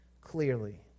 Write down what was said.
clearly